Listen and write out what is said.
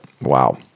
wow